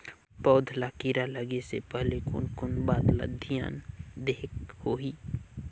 पौध ला कीरा लगे से पहले कोन कोन बात ला धियान देहेक होही?